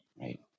right